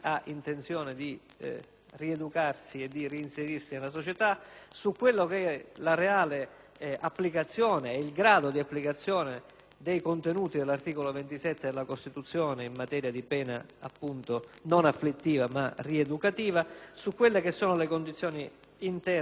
dei contenuti dell'articolo 27 della Costituzione (in materia di pena non afflittiva, ma rieducativa), sulle condizioni interne alle carceri, nonché sulle motivazioni che hanno indotto il sottoscritto, sin dal